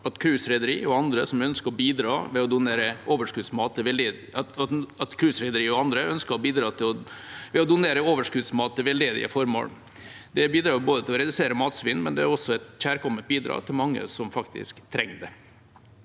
at cruiserederiene og andre ønsker å bidra ved å donere overskuddsmat til veldedige formål. Det bidrar til å redusere matsvinn, men det er også et kjærkomment bidrag til mange som faktisk trenger det.